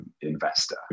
investor